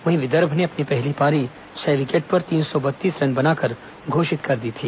वहीं विदर्भ ने अपनी पहली पारी छह विकेट पर तीन सौ बत्तीस रन बनाकर घोषित कर दी थी